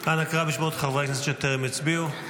אנא קרא בשמות חברי הכנסת שטרם הצביעו.